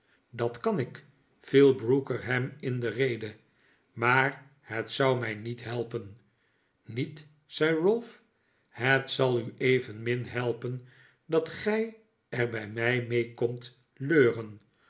dat kan ik viel brooker hem in de rede maar het zou mij niet helpen niet zei ralph het zal u evenmin helpen dat gij er bij mij mee komt leuren